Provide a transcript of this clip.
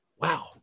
Wow